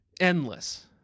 endless